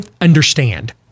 understand